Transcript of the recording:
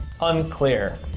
Unclear